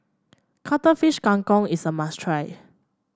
Cuttlefish Kang Kong is a must try